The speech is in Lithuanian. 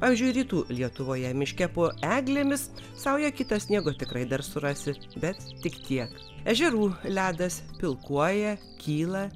pavyzdžiui rytų lietuvoje miške po eglėmis saują kitą sniego tikrai dar surasi bet tik tiek ežerų ledas pilkuoja kyla